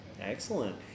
Excellent